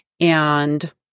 And-